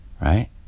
right